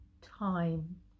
Time